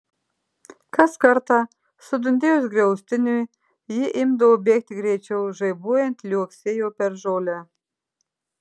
kas kartą sudundėjus griaustiniui ji imdavo bėgti greičiau žaibuojant liuoksėjo per žolę